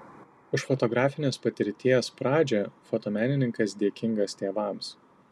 už fotografinės patirties pradžią fotomenininkas dėkingas tėvams